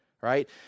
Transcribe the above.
right